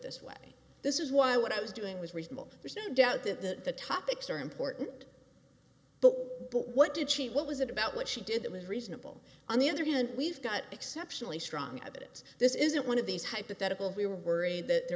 this way this is why what i was doing was reasonable for send out the topics are important but but what did she what was it about what she did it was reasonable on the other hand we've got exceptionally strong evidence this isn't one of these hypotheticals we were worried that there